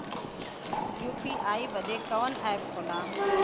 UPI बदे कवन app होला?